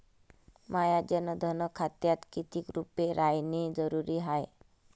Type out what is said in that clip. माह्या जनधन खात्यात कितीक रूपे रायने जरुरी हाय?